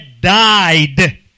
died